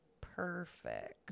perfect